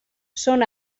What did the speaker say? són